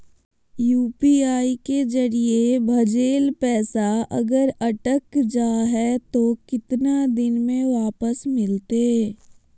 UPI के जरिए भजेल पैसा अगर अटक जा है तो कितना दिन में वापस मिलते?